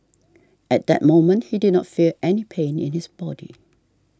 at that moment he did not feel any pain in his body